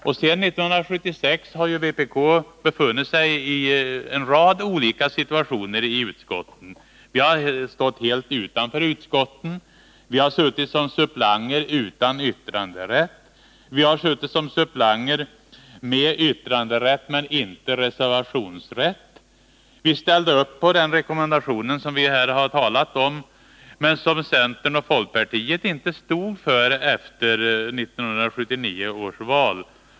Sedan 1976 har ju vpk befunnit sig i en rad olika situationer i utskotten. Vi har stått helt utanför utskotten, vi har suttit som suppleanter utan yttranderätt, vi har suttit som suppleanter med yttranderätt men inte reservationsrätt. Vi ställde upp på den rekommendation som vi här har talat om men som centern och folkpartiet inte stod för efter 1979 års val.